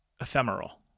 ephemeral